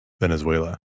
Venezuela